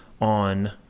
on